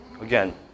again